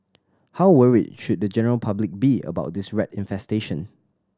how worried should the general public be about this rat infestation